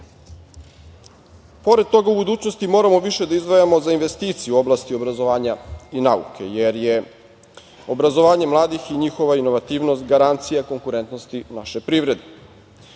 toga, u budućnosti moramo više da izdvajamo za investicije u oblasti obrazovanja i nauke, jer je obrazovanje mladih i njihova inovativnost garancija konkurentnosti naše